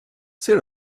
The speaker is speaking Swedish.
ser